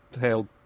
held